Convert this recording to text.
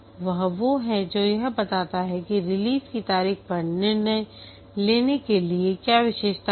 वह वो है जो यह बताता है कि रिलीज की तारीख पर निर्णय लेने के लिए क्या विशेषताएं हैं